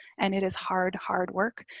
and it is hard hard work.